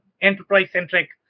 enterprise-centric